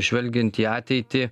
žvelgiant į ateitį